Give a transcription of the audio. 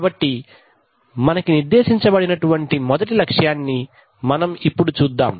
కాబట్టి మనకి నిర్దేశించబడిన టువంటి మొదటి లక్ష్యాన్ని మనం ఇప్పుడు చూద్దాం